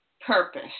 purpose